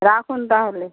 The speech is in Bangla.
রাখুন তাহলে